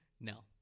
no